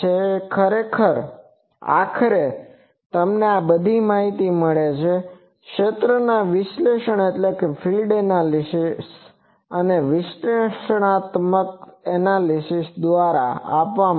તેથી આખરે તમને તે બધી માહિતી મળે છે જે ક્ષેત્ર વિશ્લેષણ વિશ્લેષણાત્મક એનાલિસીસ દ્વારા આપવામાં આવે છે